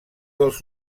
dels